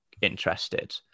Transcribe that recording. interested